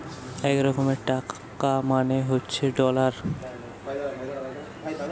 এক রকমের টাকা মানে হচ্ছে ডলার